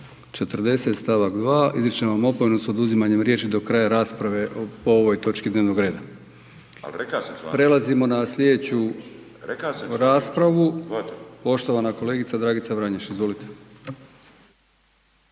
240. stavak 2. izričem vam opomenu s oduzimanjem riječi do kraja rasprave o ovoj točki dnevnog reda. Prelazimo na slijedeću raspravu. Poštovana kolegica Dragica Vranješ.